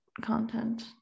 content